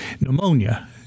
pneumonia